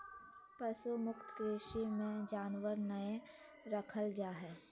पशु मुक्त कृषि मे जानवर नय रखल जा हय